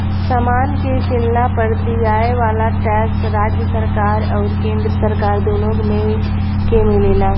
समान के किनला पर दियाये वाला टैक्स राज्य सरकार अउरी केंद्र सरकार दुनो के मिलेला